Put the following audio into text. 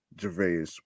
Gervais